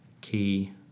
key